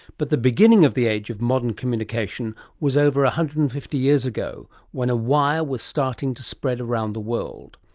but the beginning of the age of modern communication was over one ah hundred and fifty years ago when a wire was starting to spread around the world.